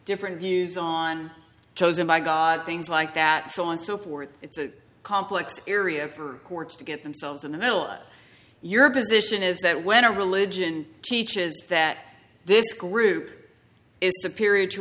different views on chosen by god things like that so on so forth it's a complex area for courts to get themselves in the middle of your position is that when a religion teaches that this group is superio